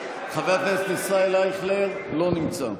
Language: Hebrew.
חבר הכנסת ישראל אייכלר, לא נמצא,